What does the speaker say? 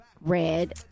red